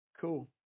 Cool